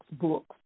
books